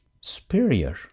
superior